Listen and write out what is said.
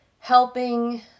Helping